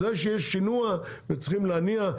זה שיש שינוע וצריכים להניע,